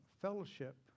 fellowship